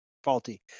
Faulty